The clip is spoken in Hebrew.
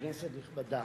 כנסת נכבדה,